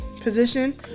position